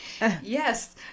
yes